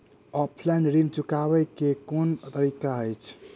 Offline ऋण चुकाबै केँ केँ कुन तरीका अछि?